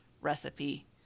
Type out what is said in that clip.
recipe